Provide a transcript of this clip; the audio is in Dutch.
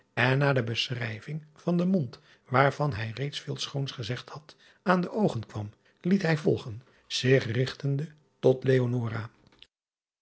en na de beschrijving van den mond waarvan hij reeds veel schoons gezegd had aan de oogen kwam liet hij volgen zich rigtende tot